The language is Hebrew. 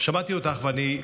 שמעתי אותך, ואני,